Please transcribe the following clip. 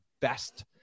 best